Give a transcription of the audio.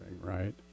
right